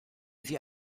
sie